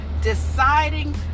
deciding